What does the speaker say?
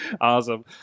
awesome